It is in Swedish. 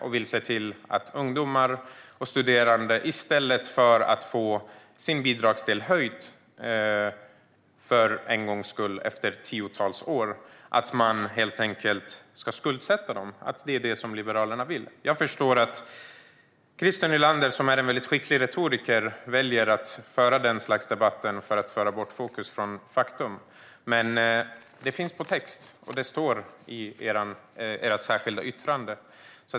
De vill helt enkelt skuldsätta ungdomar och studerande i stället för att de ska få sin bidragsdel höjd - för en gångs skull efter tiotals år. Det är det som Liberalerna vill. Jag förstår att Christer Nylander, som är en väldigt skicklig retoriker, väljer att föra detta slags debatt för att föra bort fokus från faktum. Men det finns i text, och det står i ert särskilda yttrande.